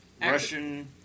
Russian